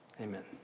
Amen